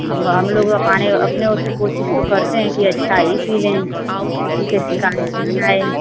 हम हम लोग अपने अपने उससे कोशिश तो करते हैं कि अच्छा ही सिलें किसी की शिकायत ना आए